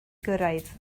gyrraedd